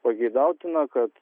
pageidautina kad